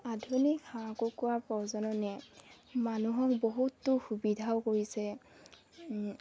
আধুনিক হাঁহ কুকৰা প্ৰজননে মানুহক বহুতো সুবিধাও কৰিছে